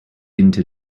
into